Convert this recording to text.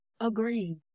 Agree